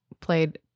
played